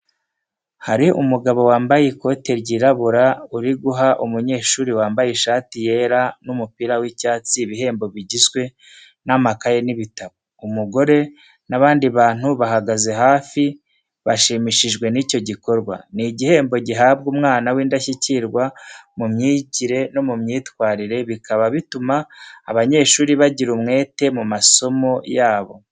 Hari umugabo wambaye ikote ryirabura uri guha umunyeshuri wambaye ishati yera n’umupira w’icyatsi ibihembo bigizwe n'amakaye n'ibitabo. Umugore n’abandi bantu bahagaze hafi bashimishijwe n'icyo gikorwa. Ni igihembo gihabwa umwana w'indashyikirwa mu myigire no myitwarire, bikaba bituma abanyeshuri bagira umwete mu masomo yabo.